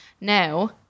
Now